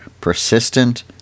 persistent